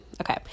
Okay